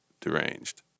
deranged